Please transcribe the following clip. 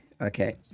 Okay